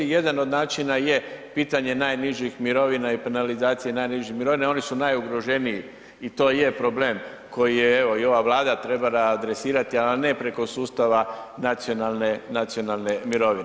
Jedan od načina je pitanje najnižih mirovina i penalizacije najnižih mirovina oni su najugroženiji i to je problem koji je evo i ova Vlada trebala adresirati, ali ne preko sustava nacionalne mirovine.